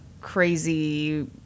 crazy